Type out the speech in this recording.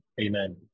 Amen